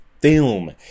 Film